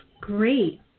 great